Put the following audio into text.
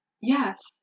Yes